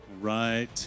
Right